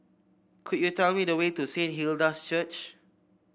could you tell me the way to Saint Hilda's Church